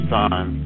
time